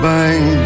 Bang